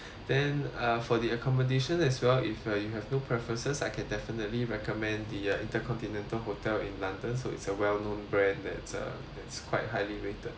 then uh for the accommodation as well if you uh if you have no preferences I can definitely recommend the uh intercontinental hotel in london so it's a well known brand that's uh that's quite highly rated